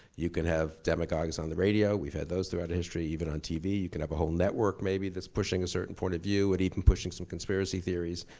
you can have demagogues on the radio, we've had those throughout our history, even on tv you can have a whole network maybe, that's pushing a certain point of view. and even pushing some conspiracy theories.